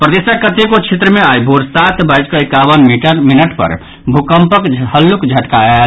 प्रदेशक कतेको क्षेत्र मे आई भोर सात बाजिकऽ एकावन मिनट पर भूकम्पक हल्लूक झटका आयल